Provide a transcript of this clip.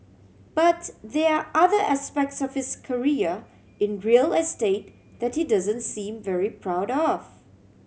but there are other aspects of his career in real estate that he doesn't seem very proud of